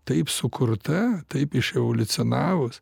taip sukurta taip iševoliucionavus